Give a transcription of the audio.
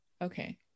okay